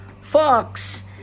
Fox